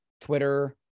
Twitter